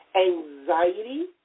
Anxiety